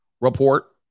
report